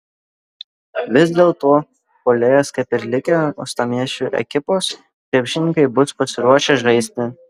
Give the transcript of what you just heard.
vis dėlto puolėjas kaip ir likę uostamiesčio ekipos krepšininkai bus pasiruošę žaisti